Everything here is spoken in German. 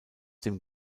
dem